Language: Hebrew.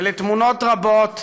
ולתמונות רבות